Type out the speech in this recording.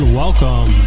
welcome